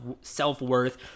self-worth